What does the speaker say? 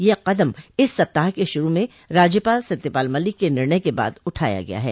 यह कदम इस सप्ताह के शुरू में राज्यपाल सत्यपाल मलिक के निर्णय के बाद उठाया गया है